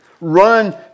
run